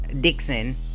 Dixon